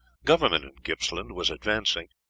government in gippsland was advancing.